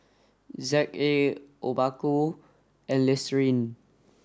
Z A Obaku and Listerine